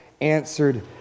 answered